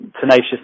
tenacious